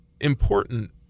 important